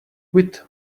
quit